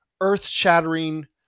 Earth-shattering